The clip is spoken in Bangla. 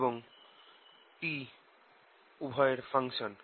এবং t উভয়েরই ফাংশন